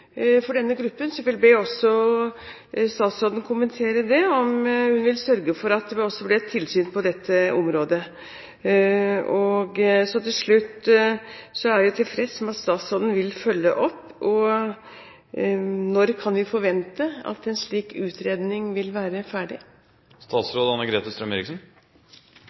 for denne gruppen. Så jeg vil også be statsråden om å kommentere det, om hun vil sørge for at det vil bli et tilsyn på dette området. Til slutt: Jeg er tilfreds med at statsråden vil følge opp. Når kan vi forvente at en slik utredning vil være ferdig?